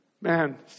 Man